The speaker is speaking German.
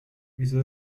wieso